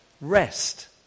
rest